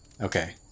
Okay